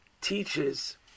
teaches